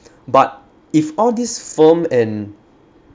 but if all these film and